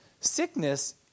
sickness